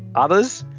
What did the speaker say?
others,